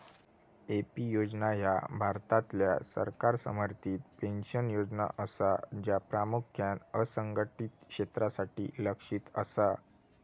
AP योजना ह्या भारतातल्या सरकार समर्थित पेन्शन योजना असा, ज्या प्रामुख्यान असंघटित क्षेत्रासाठी लक्ष्यित असा